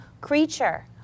creature